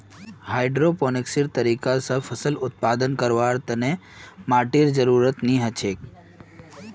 हाइड्रोपोनिक्सेर तरीका स फसल उत्पादन करवार तने माटीर जरुरत नी हछेक